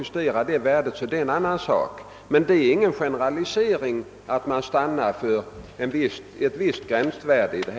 justera det värdet, är detta en..annan sak, men det är ingen generalisering att stanna för ett visst gränsvärde som man.